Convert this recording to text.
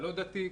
הלא דתי.